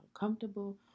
uncomfortable